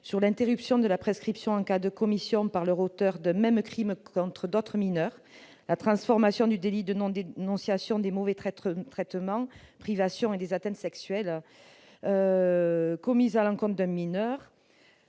à l'interruption de la prescription en cas de commission par leur auteur d'un même crime contre d'autres mineurs, la transformation du délit de non-dénonciation des mauvais traitements, des privations et des atteintes sexuelles commises à l'encontre de mineurs,